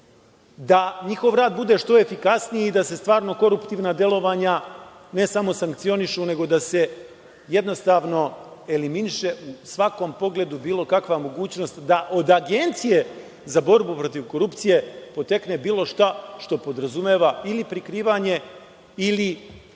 da njihov rad bude što efikasniji i da se stvarno koruptivna delovanja ne samo sankcionišu, nego da se jednostavno eliminiše u svakom pogledu bilo kakva mogućnost da od Agencije za borbu protiv korupcije potekne bilo šta što podrazumeva ili prikrivanje ili